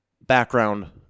background